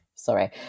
Sorry